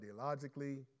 ideologically